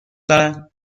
دارد